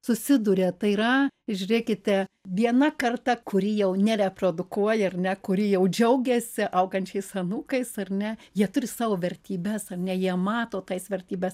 susiduria tai yra žiūrėkite viena karta kuri jau nereprodukuoja ar ne kuri jau džiaugiasi augančiais anūkais ar ne jie turi savo vertybes ar ne jie mato tais vertybes